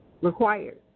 required